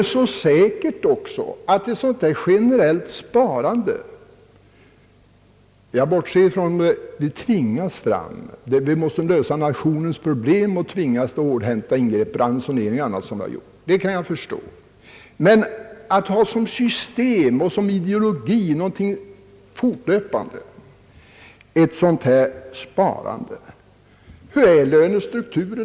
Jag bortser här från sådana situationer där vi för att kunna lösa nationens problem tvingats till hårdhänta ingrepp, det har jag förståelse för. Men vad blir följden av att ha till system och ideologi ett fortlöpande generellt sparande av detta slag?